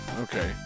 okay